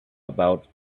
about